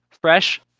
Fresh